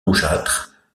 rougeâtre